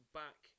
back